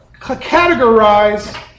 categorize